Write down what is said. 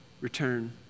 return